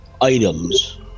items